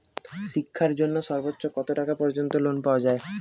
শিক্ষার জন্য সর্বোচ্চ কত টাকা পর্যন্ত লোন পাওয়া য়ায়?